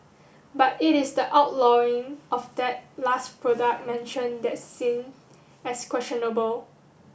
but it is the outlawing of that last product mentioned that's seen as questionable